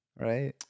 right